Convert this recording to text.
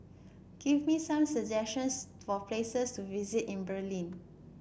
give me some suggestions for places to visit in Berlin